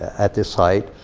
at this height.